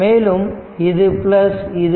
மேலும் இது இது